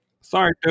Sorry